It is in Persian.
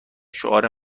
شعار